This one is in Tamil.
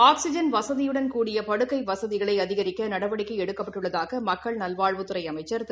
ஆக்சிஜன் வசதியுடன் கூடிய படுக்கைவசதிகளைஅதிகரிக்கநடவடிக்கைஎடுக்கப்பட்டுள்ளதாகமக்கள் நல்வாழ்வுத்துறைஅமைச்சா் திரு